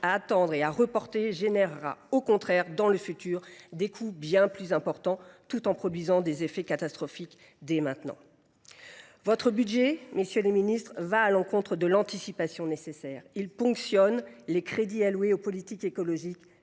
attendre et à reporter, engendrera au contraire, dans l’avenir, des coûts bien plus importants, tout en produisant des effets catastrophiques dès maintenant. Votre budget, messieurs les ministres, va à l’encontre de la nécessaire anticipation. Il ponctionne les crédits alloués aux politiques écologiques